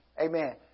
Amen